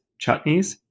chutneys